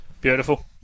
Beautiful